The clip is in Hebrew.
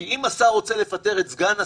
כי אם השר רוצה לפטר את סגן השר,